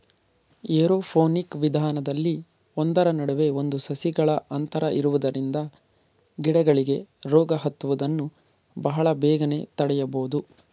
aeroponic ವಿಧಾನದಲ್ಲಿ ಒಂದರ ನಡುವೆ ಒಂದು ಸಸಿಗಳ ಅಂತರ ಇರುವುದರಿಂದ ಗಿಡಗಳಿಗೆ ರೋಗ ಹತ್ತುವುದನ್ನು ಬಹಳ ಬೇಗನೆ ತಡೆಯಬೋದು